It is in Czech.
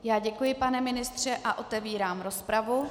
Já děkuji, pane ministře, a otevírám rozpravu.